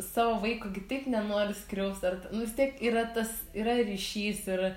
savo vaiko gi taip nenori skriaust ar ta nu vis tiek yra tas yra ryšys yra